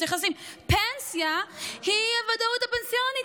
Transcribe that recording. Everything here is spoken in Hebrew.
פנסיה היא הוודאות הפנסיונית,